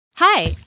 Hi